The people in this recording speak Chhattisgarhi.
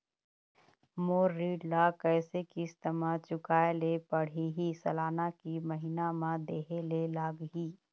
मोर ऋण ला कैसे किस्त म चुकाए ले पढ़िही, सालाना की महीना मा देहे ले लागही?